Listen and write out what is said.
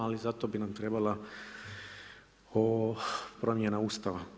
Ali za to bi nam trebala promjena Ustava.